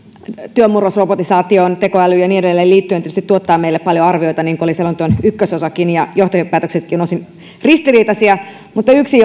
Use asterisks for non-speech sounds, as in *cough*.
työn murros liittyen robotisaatioon tekoälyyn ja niin edelleen tietysti tuottaa meille paljon arvioita niin kuin oli selonteon ykkösosassakin ja johtopäätöksetkin ovat osin ristiriitaisia mutta yksi *unintelligible*